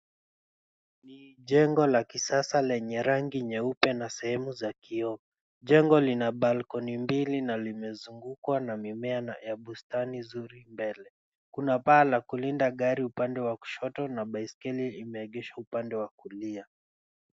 Ni jengo la kisasa lenye rangi nyeupe na sehemu za kioo. Jengo lina balcony mbili na limezungukwa na mimea ya bustani nzuri mbele, kuna paa la kulinda gari upande wa kushoto na biskeli imeegeshwa upande wa kulia.